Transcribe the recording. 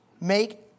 Make